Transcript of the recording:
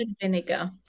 vinegar